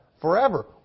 forever